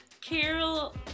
Carol